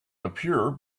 appear